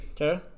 Okay